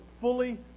fully